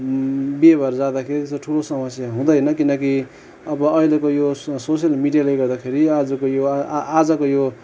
बिहे भएर जाँदाखेरि ठुलो समस्या हुँदैन किनकि अब अहिलेको यो सोसियल मिडियाले गर्दाखेरि आजको युवा आजको यो